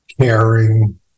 caring